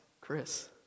Chris